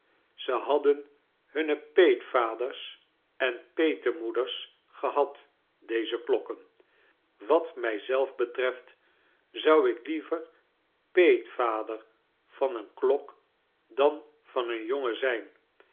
ze baddon hunne peetvaders en peetemoecters gebad deze klokken wat niij zelf betreft zou ik liever peetvadet r an een klok dan van een jongen zijn